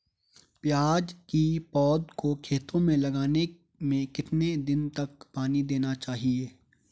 प्याज़ की पौध को खेतों में लगाने में कितने दिन तक पानी देना चाहिए?